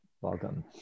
Welcome